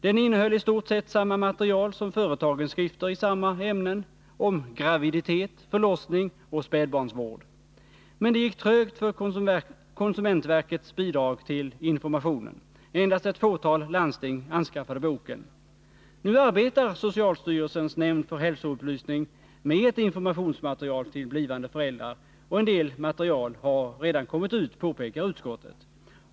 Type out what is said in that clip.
Den innehöll i stort sett samma material som företagens skrifter i samma ämnen — om graviditet, förlossning och spädbarnsvård. Men det gick trögt för konsumentverkets bidrag till information. Endast ett fåtal landsting anskaffade boken. Nu arbetar socialstyrelsens nämnd för hälsoupplysning med informations material till blivande föräldrar, och en del material har redan kommit ut, påpekar utskottet.